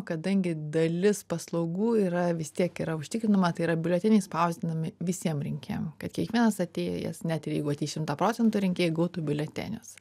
kadangi dalis paslaugų yra vis tiek yra užtikrinama tai yra biuleteniai spausdinami visiem rinkėjam kad kiekvienas atėjęs net ir jeigu ateis šimtą procentų rinkėjų gautų biuletenius